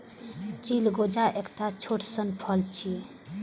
चिलगोजा एकटा छोट सन फल छियै